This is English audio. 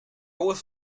was